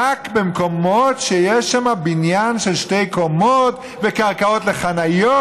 רק במקומות שיש שם בניין של שתי קומות וקרקעות לחניות.